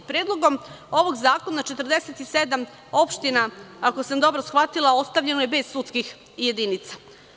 Predlogom ovog zakona 47 opština, ako sam dobro shvatila ostavljeno je bez sudskih jedinica.